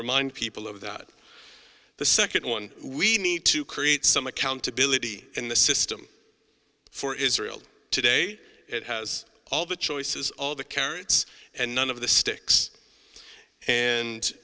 remind people of that the second one we need to create some accountability in the system for israel today it has all the choices all the carrots and none of the sticks and